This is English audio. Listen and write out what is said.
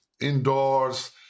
indoors